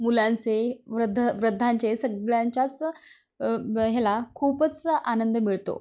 मुलांचे वृद्ध वृद्धांचे सगळ्यांच्याच ह्याला खूपच आनंद मिळतो